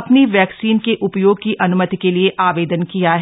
अपनी वैक्सीन के उपयोग की अनुमति के लिए आवेदन किया है